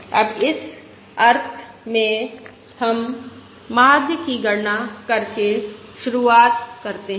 अब इस अर्थ में हम माध्य की गणना करके शुरुआत करते हैं